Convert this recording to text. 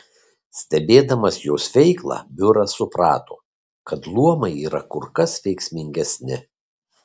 stebėdamas jos veiklą biuras suprato kad luomai yra kur kas veiksmingesni